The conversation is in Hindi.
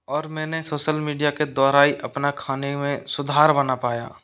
और मैंने सोशल मीडिया के द्वारा ही अपना खाने में सुधार बना पाया